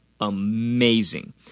amazing